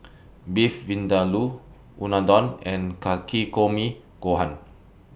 Beef Vindaloo Unadon and Takikomi Gohan